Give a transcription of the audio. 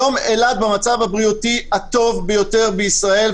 היום אילת במצב הבריאותי הטוב ביותר בישראל,